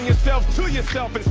yourself to yourself